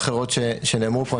לגבי טענות אחרות שנאמרו פה,